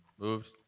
moved.